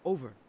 Over